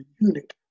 unit